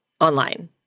online